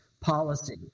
policy